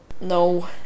No